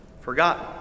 forgotten